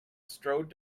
strode